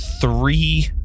three